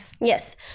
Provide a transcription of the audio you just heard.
yes